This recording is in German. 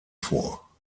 vor